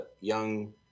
young